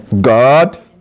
god